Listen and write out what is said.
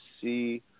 see –